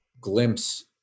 glimpse